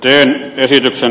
teen esityksen